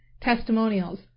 testimonials